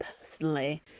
personally